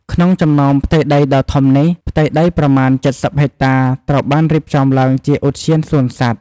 ក្នុងចំណោមផ្ទៃដីដ៏ធំនេះ ផ្ទៃដីប្រមាណ ៧០ ហិកតា ត្រូវបានរៀបចំឡើងជាឧទ្យានសួនសត្វ។